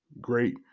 great